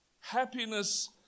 Happiness